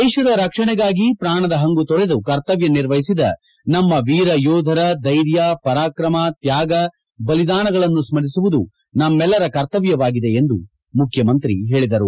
ದೇಶದ ರಕ್ಷಣೆಗಾಗಿ ಪ್ರಾಣದ ಹಂಗು ತೊರೆದು ಕರ್ತವ್ಯ ನಿರ್ವಹಿಸಿದ ನಮ್ಮ ವೀರಯೋಧರ ಧೈರ್ಯ ಪರಾಕ್ರಮ ತ್ಯಾಗ ಬಲಿದಾನಗಳನ್ನು ಸ್ಮರಿಸುವುದು ನಮ್ಮೆಲ್ಲರ ಕರ್ತವ್ಯವಾಗಿದೆ ಎಂದು ಮುಖ್ಯಮಂತ್ರಿ ಹೇಳಿದರು